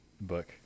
book